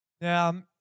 Now